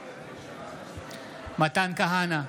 בעד מתן כהנא,